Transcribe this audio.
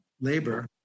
labor